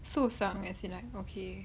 受伤 as in like okay